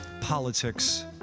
politics